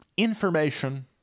Information